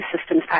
systems